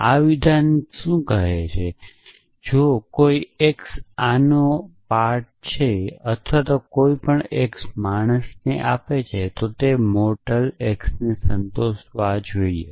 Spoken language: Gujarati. આ વિધાન શું કહે છે કે જો કોઈ x આનો છે અથવા કોઈ પણ x માણસને આપે છે તો તે મોરટલ x ને સંતોષવા જ જોઇએ